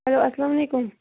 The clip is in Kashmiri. ہیلو اَسلام علیکُم